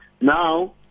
Now